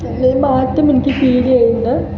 മാറ്റം എനിക്ക് ഫീൽ ചെയ്യുന്നുണ്ട്